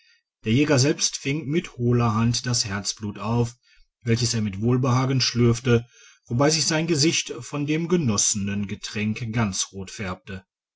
der jäger selbst fing mit hohler hand das herzblut auf welches er mit wohlbehagen schlürfte wobei sich sein gesicht von dem genossenen getränk ganz rot färbte